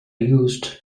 used